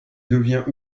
devient